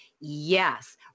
yes